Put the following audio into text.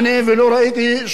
ומה הכוונה שלי?